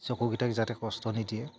চকুকেইটাক যাতে কষ্ট নিদিয়ে